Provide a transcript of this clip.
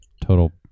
total